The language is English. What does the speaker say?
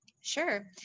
Sure